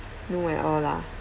no at all lah